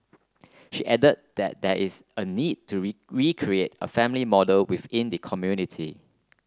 she added that there is a need to recreate a family model within the community